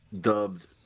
dubbed